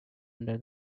under